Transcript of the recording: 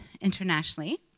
internationally